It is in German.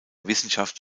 wissenschaft